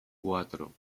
cuatro